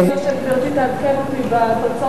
אני מאוד מקווה שגברתי תעדכן אותי בתוצאות,